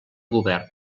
govern